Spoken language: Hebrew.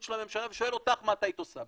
של הממשלה ושואל אותך מה את היית עושה,